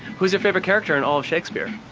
who's your favorite character in all of shakespeare?